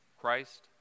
Christ